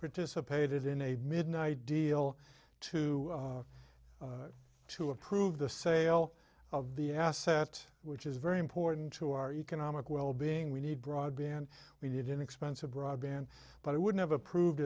participated in a midnight deal to to approve the sale of the asset which is very important to our economic well being we need broadband we need inexpensive broadband but it would have approved